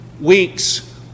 weeks